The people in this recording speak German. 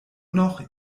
noch